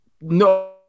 No